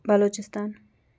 Balochistan